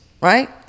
Right